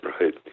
Right